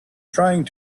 trying